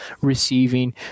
receiving